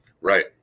Right